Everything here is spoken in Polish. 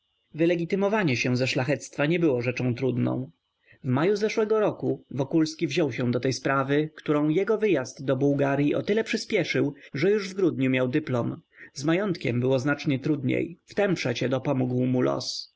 wylegitymowanie się ze szlachectwa nie było rzeczą trudną w maju roku zeszłego wokulski wziął się do tej sprawy którą jego wyjazd do bułgaryi o tyle przyspieszył że już w grudniu miał dyplom z majątkiem było znacznie trudniej w tem przecie dopomógł mu los